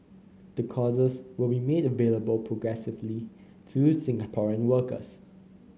the courses will be made available progressively to Singaporean workers